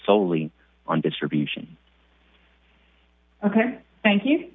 solely on distribution ok thank you